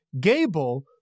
Gable